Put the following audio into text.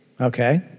okay